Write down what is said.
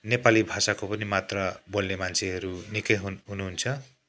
नेपाली भाषाको पनि मात्रा बोल्ने मान्छेहरू निकै हुन् हुनुहुन्छ